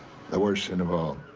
the worst sin of